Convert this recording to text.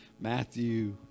Matthew